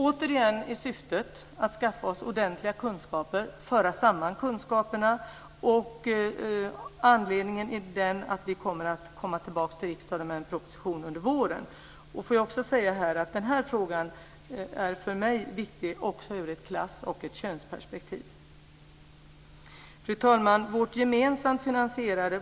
Syftet är återigen att skaffa oss ordentliga kunskaper och föra samman kunskaperna. Anledningen är att vi kommer att komma tillbaka till riksdagen med en proposition under våren. Låt mig också säga att den här frågan är viktigt för mig också ur ett klass och könsperspektiv. Fru talman!